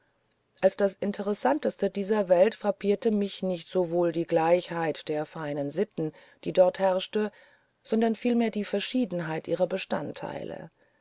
als das interessanteste dieser welt frappierte mich nicht sowohl die gleichheit der feinen sitten die dort herrscht sondern vielmehr die verschiedenheit ihrer bestandteile